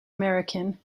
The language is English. american